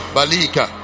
Balika